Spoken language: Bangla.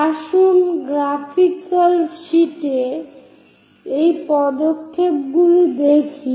আসুন গ্রাফিকাল শীটে এই পদক্ষেপগুলি করি